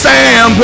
Sam